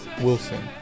Wilson